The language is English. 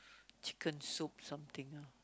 chicken soup something lah